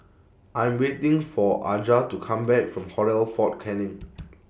I Am waiting For Aja to Come Back from Hotel Fort Canning